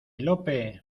lope